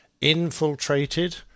infiltrated